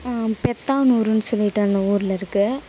பெத்தானூருன்னு சொல்லிட்டு அந்த ஊரில் இருக்குது